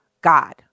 God